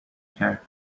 کرد